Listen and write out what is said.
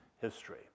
history